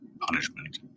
punishment